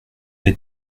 est